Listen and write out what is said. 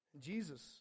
Jesus